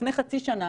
לפני חצי שנה,